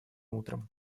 утром